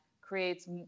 creates